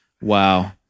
Wow